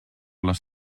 les